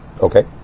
Okay